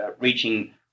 reaching